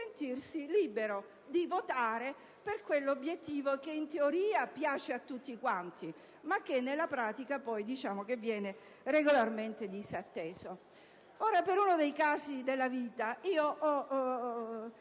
sentirsi libero di votare per quell'obiettivo, che in teoria piace a tutti ma che, nella pratica, viene regolarmente disatteso.